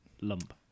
lump